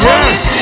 Yes